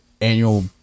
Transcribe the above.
annual